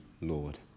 Lord